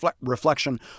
reflection